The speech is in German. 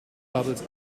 kabels